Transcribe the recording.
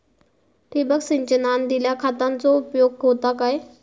ठिबक सिंचनान दिल्या खतांचो उपयोग होता काय?